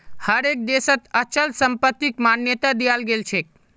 हर एक देशत अचल संपत्तिक मान्यता दियाल गेलछेक